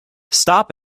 stop